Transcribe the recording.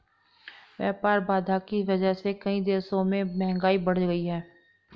व्यापार बाधा की वजह से कई देशों में महंगाई बढ़ गयी है